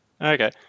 Okay